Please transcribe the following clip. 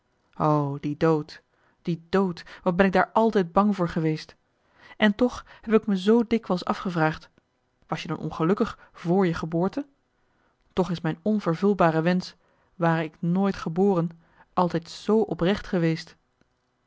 die dood die dood wat ben ik daar altijd bang voor geweest en toch heb ik me zoo dikwijls afgevraagd was je dan ongelukkig vr je geboorte toch is mijn onvervulbare wensch ware ik nooit geboren altijd zoo oprecht geweest